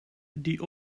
die